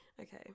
okay